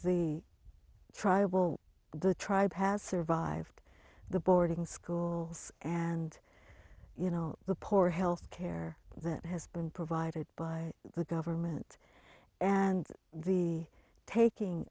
the tribal the tribe has survived the boarding schools and you know the poor health care that has been provided by the government and the taking